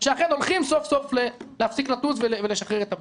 שאכן הולכים סוף סוף להפסיק לטוס ולשחרר את הבנייה.